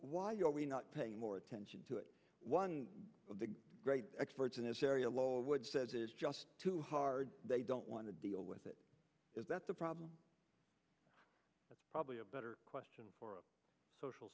why are we not paying more attention to it one of the great experts in this area lowood says is just too hard they don't want to deal with it is that the problem is probably a better question for social